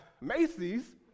Macy's